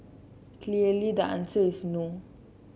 clearly the answer is no